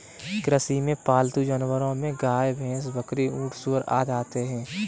कृषि में पालतू जानवरो में गाय, भैंस, बकरी, ऊँट, सूअर आदि आते है